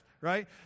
right